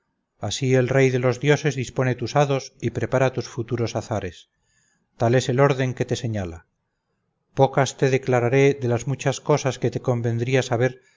así el rey de los dioses dispone tus hados y prepara tus futuros azares tal es el orden que te señala pocas te declararé de las muchas cosas que te convendría saber